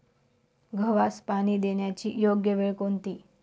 गव्हास पाणी देण्याची योग्य वेळ कोणती?